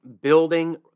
building